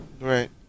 Right